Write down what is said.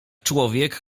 człowiek